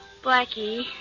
Blackie